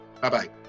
Bye-bye